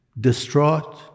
distraught